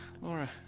Laura